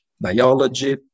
biology